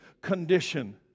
condition